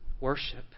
worship